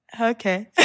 Okay